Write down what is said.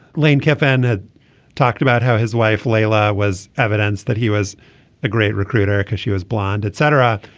lane kiffin had talked about how his wife layla was evidence that he was a great recruiter because she was blonde etc.